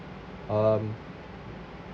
um